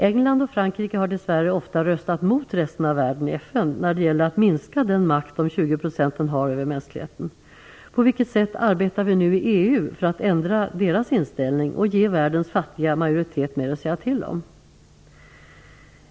England och Frankrike har dess värre ofta röstat mot resten av världen i FN när det gäller att minska den makt som 20 % har över mänskligheten. På vilket sätt arbetar vi nu i EU för att ändra deras inställning och ge världens fattiga majoritet mer att säga till om?